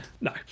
no